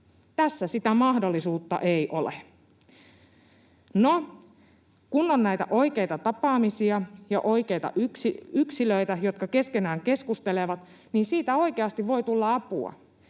Tässä sitä mahdollisuutta ei ole. No, kun on näitä oikeita tapaamisia jo oikeita yksilöitä, jotka keskenään keskustelevat, niin siitä oikeasti voi tulla apua.